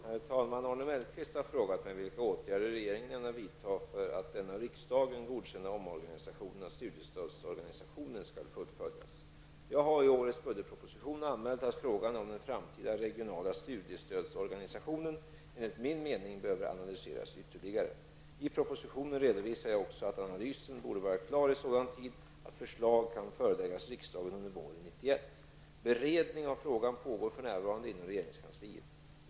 Herr talman! Arne Mellqvist har frågat mig vilka åtgärder regeringen ämnar vidta för att den av riksdagen godkända omorganisationen av studiestödsorganisationen skall fullföljas. Jag har i årets budgetproposition anmält att frågan om den framtida regionala studiestödsorganisationen enligt min mening behöver analyseras ytterligare. I propositionen redovisade jag också att analysen borde vara klar i sådan tid att förslag kan föreläggas riksdagen under våren 1991. Beredning av frågan pågår för närvarande inom regeringskansliet.